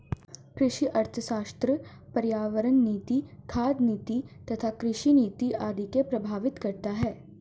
कृषि अर्थशास्त्र पर्यावरण नीति, खाद्य नीति तथा कृषि नीति आदि को प्रभावित करता है